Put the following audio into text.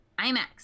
IMAX